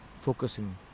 focusing